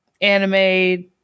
anime